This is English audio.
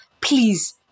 please